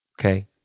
okay